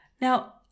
Now